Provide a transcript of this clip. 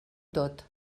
tot